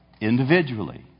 individually